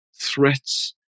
threats